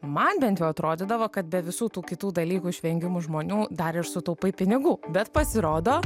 man bent jau atrodydavo kad be visų tų kitų dalykų išvengimų žmonių dar ir sutaupai pinigų bet pasirodo